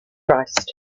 christ